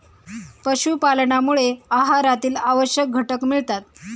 पशुपालनामुळे आहारातील आवश्यक घटक मिळतात